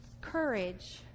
courage